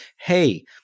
hey